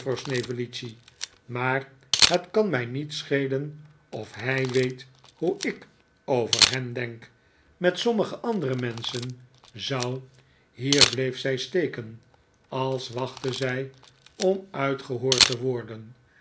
snevellicci maar het kan mij niet schelen of h ij weet hoe ik over hem denk met sommige andere menschen zou hier bleef zij steken als wachtte zij om uitgehoord te worden